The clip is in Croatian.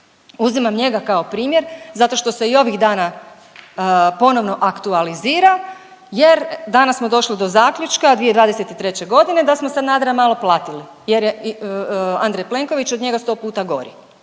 Uzimam njega kao primjer zato što se i ovih dana ponovo aktualizira, jer danas smo došli do zaključka 2023. godine da smo Sanadera malo platili, jer je Andrej Plenković od njega sto puta gori